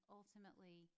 ultimately